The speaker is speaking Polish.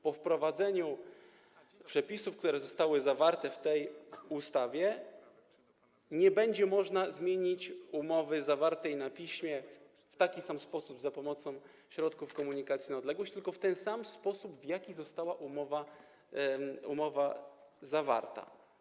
Po wprowadzeniu przepisów, które zostały zawarte w tej ustawie, nie będzie można zmienić umowy zawartej na piśmie w taki sposób, czyli za pomocą środków komunikacji na odległość, tylko w ten sam sposób, w jaki została umowa zawarta.